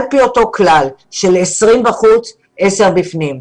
על פי אותו כלל של 20 בחוץ ו-10 בפנים,